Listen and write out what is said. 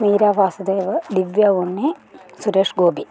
Meera Vasudev Divya Unni Suresh Gopi